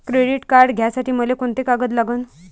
Credit card घ्यासाठी मले कोंते कागद लागन?